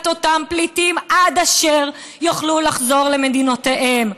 אותם פליטים עד אשר יוכלו לחזור למדינותיהם.